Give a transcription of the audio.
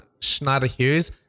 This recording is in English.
Schneider-Hughes